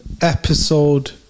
episode